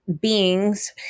beings